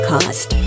Cost